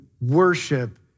worship